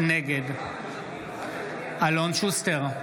נגד אלון שוסטר,